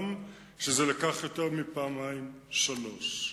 גם כשזה לקח יותר מפעמיים, שלוש פעמים.